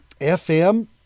FM